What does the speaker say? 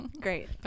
Great